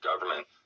government